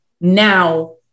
now